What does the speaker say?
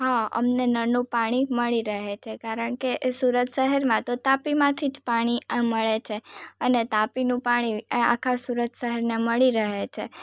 હા અમને નળનું પાણી મળી રહે છે કારણ કે એ સુરત શહેરમાં તો તાપીમાંથી જ પાણી મળે છે અને તાપીનું પાણી એ આખા સુરત શહેરને મળી રહે છે